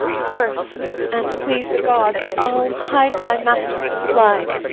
but first, an't please the gods, i'll hide my master from the flies,